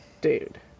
dude